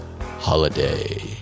HOLIDAY